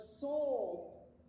soul